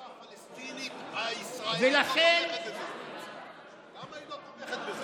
הפלסטיני, למה היא לא תומכת בזה?